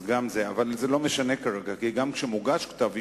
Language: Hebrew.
אבל זה לא משנה כרגע, כי גם כשמוגש כתב אישום,